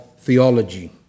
theology